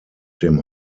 dem